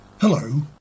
Hello